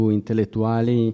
intellettuali